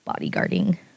bodyguarding